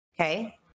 Okay